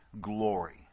glory